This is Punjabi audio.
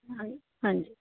ਹਾਜੀ ਹਾਂਜੀ